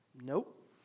Nope